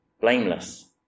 blameless